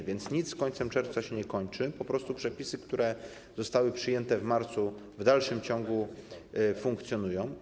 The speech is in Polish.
A więc nic z końcem czerwca się nie kończy, przepisy, które zostały przyjęte w marcu, w dalszym ciągu funkcjonują.